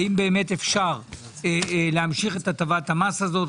האם באמת אפשר להמשיך את הטבת המס הזאת,